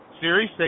Series